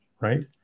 right